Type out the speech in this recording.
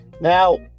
Now